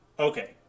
Okay